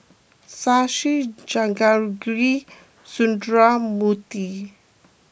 Shashi Jehangirr Sundramoorthy